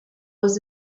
was